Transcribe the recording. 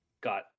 got